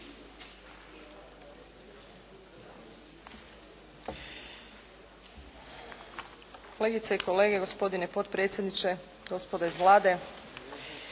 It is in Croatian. Kolegice i kolege, gospodine potpredsjedniče, gospodo iz Vlade.